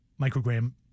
microgram